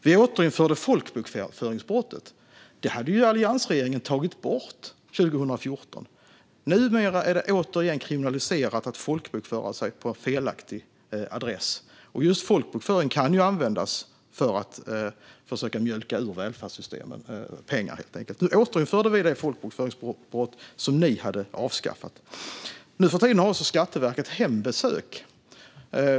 Vi återinförde folkbokföringsbrottet, vilket alliansregeringen hade tagit bort 2014. Numera är det återigen kriminaliserat att folkbokföra sig på en felaktig adress. Just folkbokföring kan ju användas för att försöka mjölka välfärdssystemen på pengar. Vi återinförde det folkbokföringsbrott som ni hade avskaffat, Katarina Brännström. Nuförtiden genomför Skatteverket alltså hembesök.